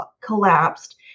collapsed